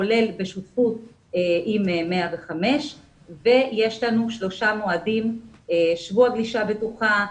כולל בשותפות עם 105. יש לנו שלושה מועדים שבוע גלישה בטוחה,